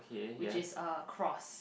which is across